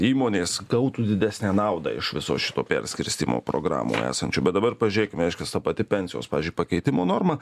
įmonės gautų didesnę naudą iš viso šito perskirstymo programų esančių bet dabar pažiūrėkime reiškias ta pati pensijos pavyzdžiui pakeitimo norma